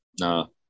No